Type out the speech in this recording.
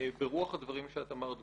ברוח הדברים שאת אמרת,